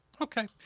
Okay